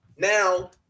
Now